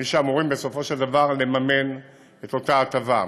מי שאמורים בסופו של דבר לממן את אותה הטבה.